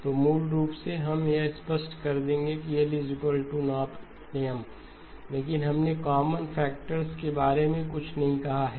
तो मूल रूप से हम यह स्पष्ट कर देंगे कि L≠ M लेकिन हमने कॉमन फैक्टर्स के बारे में कुछ नहीं कहा है